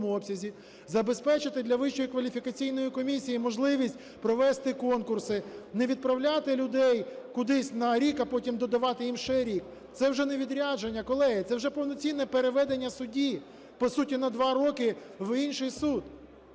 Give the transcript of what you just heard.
комісії можливість провести конкурси. Не відправляти людей кудись на рік, а потім додавати їм ще рік. Це вже не відрядження, колеги, це вже повноцінне переведення судді, по суті, на 2 роки в інший суд.